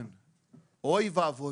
אמרנו.